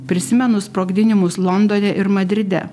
prisimenu sprogdinimus londone ir madride